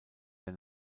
der